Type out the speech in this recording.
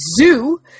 Zoo